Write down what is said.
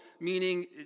meaning